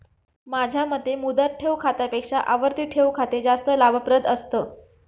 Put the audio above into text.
माझ्या मते मुदत ठेव खात्यापेक्षा आवर्ती ठेव खाते जास्त लाभप्रद असतं